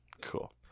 Cool